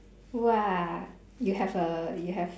!wah! you have a you have